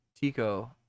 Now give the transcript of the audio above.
Tico